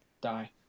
Die